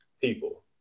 people